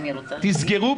תסגרו